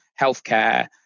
healthcare